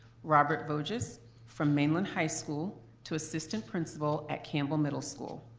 robert voges from mainland high school to assistant principal at campbell middle school,